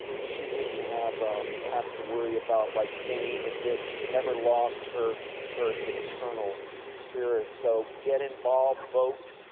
she didn't have have to worry about like fame and this. she never lost her her internal spirit. so get involved, vote.